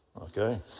Okay